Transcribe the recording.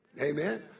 Amen